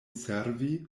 servi